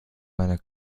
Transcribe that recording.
meiner